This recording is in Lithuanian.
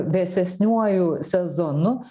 vėsesniuoju sezonu